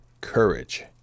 courage